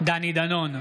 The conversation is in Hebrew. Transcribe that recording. דני דנון,